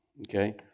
Okay